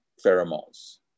pheromones